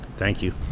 thank you.